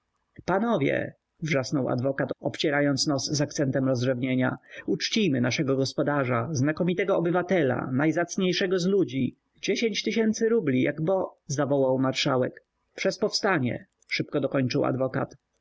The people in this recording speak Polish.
panowie wrzasnął adwokat obcierając nos z akcentem rozrzewnienia uczcijmy naszego gospodarza znakomitego obywatela najzacniejszego z ludzi dziesięć tysięcy rubli jak bo zawołał marszałek przez powstanie szybko dokończył adwokat